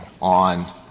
on